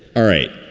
all right.